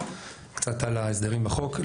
יסביר קצת על ההסדרים בחוק.